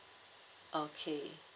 okay